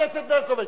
חברת הכנסת ברקוביץ.